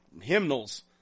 hymnals